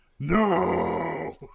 No